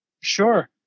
Sure